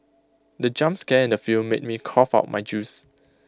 the jump scare in the film made me cough out my juice